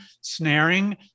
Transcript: snaring